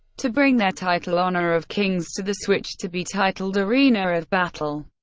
to bring their title honor of kings to the switch, to be titled arena of battle.